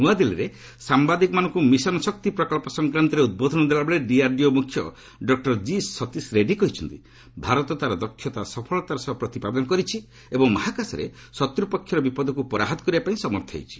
ନୂଆଦିଲ୍ଲୀରେ ସାମ୍ବାଦିକମାନଙ୍କୁ ମିଶନ୍ ଶକ୍ତି ପ୍ରକଳ୍ପ ସଂକ୍ରାନ୍ତରେ ଉଦ୍ବୋଧନ ଦେଲାବେଳେ ଡିଆର୍ଡିଓ ମୁଖ୍ୟ ଡକ୍ଟର ଜି ଶତିଶ ରେଡ୍ରୀ କହିଛନ୍ତି ଭାରତ ତାର ଦକ୍ଷତା ସଫଳତାର ସହ ପ୍ରତିପାଦନ କରିଛି ଏବଂ ମହାକାଶରେ ଶତ୍ର ପକ୍ଷର ବିପଦକୁ ପରାହତ କରିବା ପାଇଁ ସମର୍ଥ ହୋଇଛି